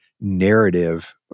narrative